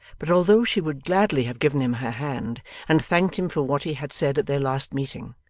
but although she would gladly have given him her hand and thanked him for what he had said at their last meeting,